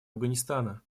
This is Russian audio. афганистана